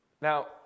Now